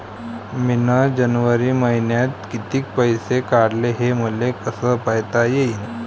मिन जनवरी मईन्यात कितीक पैसे काढले, हे मले कस पायता येईन?